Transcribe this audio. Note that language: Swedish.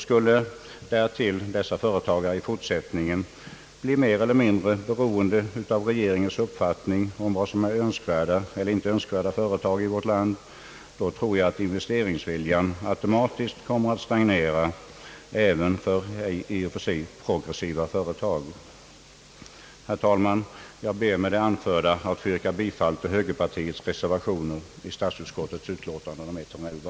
Skulle därtill dessa företagare i fortsättningen bli mer eller mindre beroende av regeringens uppfattning om vad som är önskvärda eller icke önskvärda företag i vårt land, då tror jag att investeringsviljan automatiskt kommer att stagnera även inom i och för sig progressiva företag. Herr talman! Jag ber med det anförda att få yrka bifall till högerpartiets reservationer till statsutskottets utlåtande nr 111.